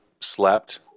slept